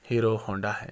hero Honda ہے